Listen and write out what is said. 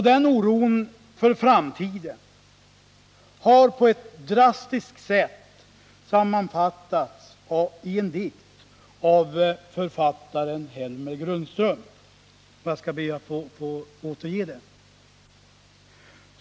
Den oron för framtiden har på ett drastiskt sätt sammanfattats i en dikt av författaren Helmer Grundström. Jag skall be att få återge den.